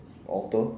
author